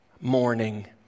morning